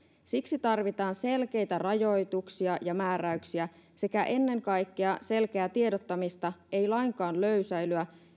siksi tarvitaan selkeitä rajoituksia ja määräyksiä sekä ennen kaikkea selkeää tiedottamista eikä lainkaan löysäilyä